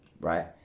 Right